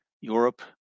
Europe